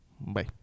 Bye